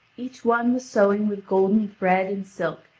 each one was sewing with golden thread and silk,